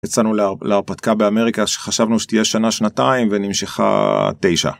אצלנו להרפתקה באמריקה שחשבנו שתהיה שנה שנתיים ונמשכה תשע.